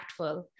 impactful